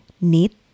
need